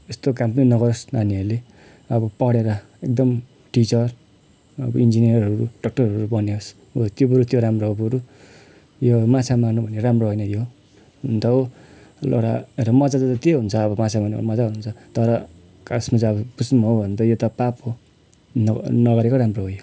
यस्तो काम पनि नगरोस् नानीहरूले अब पढेर एकदम टिचर अब इन्जिनियरहरू डक्टरहरू बनियोस् त्यो बरू त्यो राम्रो हो बरू यो माछा मार्नु भने राम्रो होइन यो हुनु त हो एउटा एउटा मजा त त्यो हुन्छ अब माछा मार्नु मजा हुन्छ तर खासमा चाहिँ अब बुझ्नु हो भने त यो त पाप हो न नगरेको राम्रो हो यो